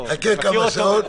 חכה כמה שעות.